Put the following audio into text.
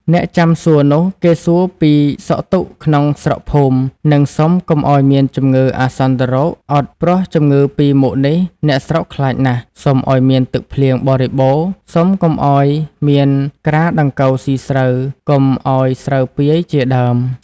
អ្នកចាំសួរនោះ គេសួរពីសុខទុក្ខក្នុងស្រុកភូមិ នឹងសុំកុំឲ្យមានជំងឺអាសន្នរោគ អុត ព្រោះជំងឺពីរ មុខនេះ អ្នកស្រុកខ្លាចណាស់ សុំឲ្យមានទឹកភ្លៀងបរិបូណ៌ សុំកុំឲ្យមានក្រាដង្កូវស៊ីស្រូវ កុំឲ្យស្រូវពាយ ជា ដើម ។